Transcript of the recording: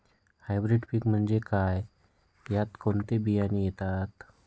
Hybrid पीक म्हणजे काय? यात कोणते बियाणे येतात?